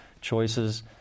choices